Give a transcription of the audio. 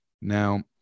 Now